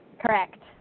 Correct